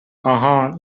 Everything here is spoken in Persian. آهان